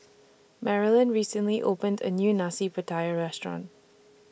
Marilynn recently opened A New Nasi Pattaya Restaurant